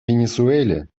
венесуэле